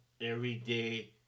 everyday